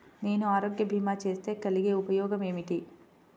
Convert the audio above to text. నేను ఆరోగ్య భీమా చేస్తే కలిగే ఉపయోగమేమిటీ?